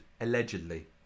allegedly